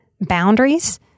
boundaries